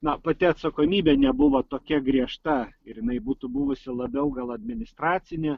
na pati atsakomybė nebuvo tokia griežta ir jinai būtų buvusi labiau gal administracinė